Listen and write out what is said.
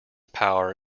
power